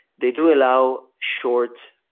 they do allow short